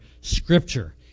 scripture